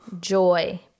joy